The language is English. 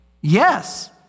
Yes